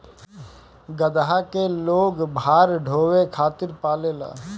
गदहा के लोग भार ढोवे खातिर पालेला